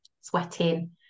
sweating